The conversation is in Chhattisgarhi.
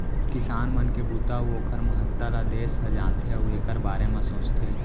किसान मन के बूता अउ ओकर महत्ता ल देस ह जानथे अउ एकर बारे म सोचथे